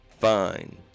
Fine